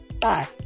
Bye